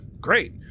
Great